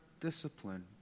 discipline